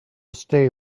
stay